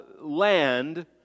land